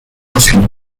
ensuite